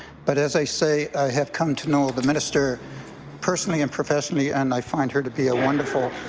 but as i say i have come to know the minister personally and professionally and i find her to be a wonderful,